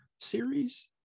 series